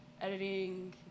editing